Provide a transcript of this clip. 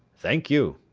thank you.